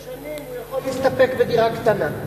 אחרי עשר שנים הוא יכול להסתפק בדירה קטנה.